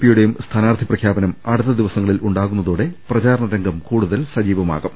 പിയുടെയും സ്ഥാനാർത്ഥിച്ചപ്രഖ്യാപനം അടുത്ത ദിവസങ്ങളിൽ ഉണ്ടാകുന്നതോടെ പ്രചാരണ രംഗം കൂടുതൽ സജീവമാകും